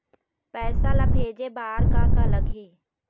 पैसा ला भेजे बार का का लगही?